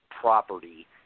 property